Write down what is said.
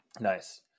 Nice